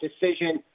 decision